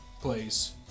place